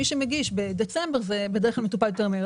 מי שמגיש בדצמבר, מטופל יותר מהר.